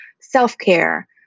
self-care